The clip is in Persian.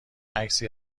عکسی